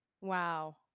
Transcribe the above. Wow